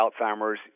Alzheimer's